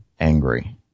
angry